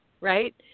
right